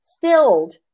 filled